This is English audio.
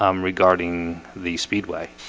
um regarding the speedway